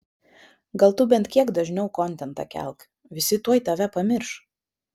gal tu bent kiek dažniau kontentą kelk visi tuoj tave pamirš